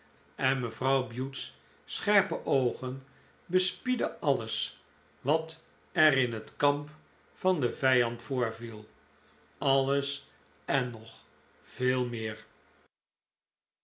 en mevrouw bute's scherpe oogen bespiedden alles wat er in het kamp van den vijand voorviel alles en nog veel meer